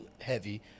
heavy